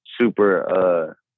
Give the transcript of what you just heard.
super